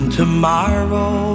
tomorrow